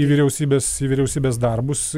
į vyriausybės į vyriausybės darbus